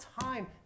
time